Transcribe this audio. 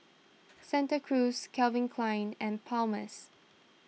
Santa Cruz Calvin Klein and Palmer's